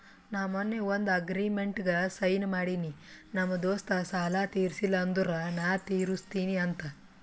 ನಾ ಮೊನ್ನೆ ಒಂದ್ ಅಗ್ರಿಮೆಂಟ್ಗ್ ಸೈನ್ ಮಾಡಿನಿ ನಮ್ ದೋಸ್ತ ಸಾಲಾ ತೀರ್ಸಿಲ್ಲ ಅಂದುರ್ ನಾ ತಿರುಸ್ತಿನಿ ಅಂತ್